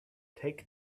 take